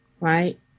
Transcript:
right